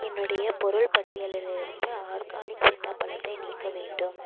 என்னுடைய பொருள் பட்டியலிலிருந்து ஆர்கானிக் சீத்தாப்பழத்தை நீக்க வேண்டும்